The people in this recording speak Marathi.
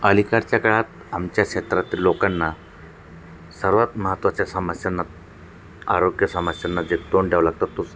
अलीकडच्या काळात आमच्या क्षेत्रातील लोकांना सर्वात महत्त्वाच्या समस्यांना आरोग्य समस्यांना जे तोंड द्यावं लागतं तोच